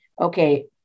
Okay